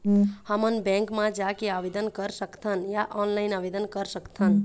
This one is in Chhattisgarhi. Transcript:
हमन बैंक मा जाके आवेदन कर सकथन या ऑनलाइन आवेदन कर सकथन?